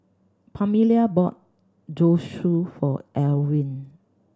Pamelia bought Zosui for Elwin